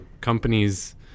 companies